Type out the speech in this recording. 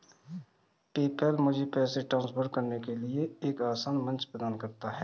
PayPal मुझे पैसे transfer करने के लिए एक आसान मंच प्रदान करता है